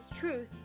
truth